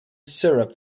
syrup